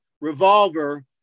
Revolver